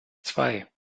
zwei